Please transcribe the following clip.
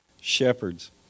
Shepherds